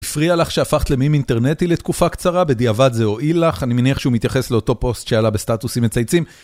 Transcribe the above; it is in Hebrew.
הפריע לך שהפכת למים אינטרנטי לתקופה קצרה בדיעבד זה הואיל לך, אני מניח שהוא מתייחס לאותו פוסט שעלה בסטטוסים מצייצים.